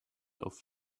auf